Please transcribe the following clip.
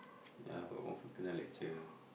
ya but confirm kena lecture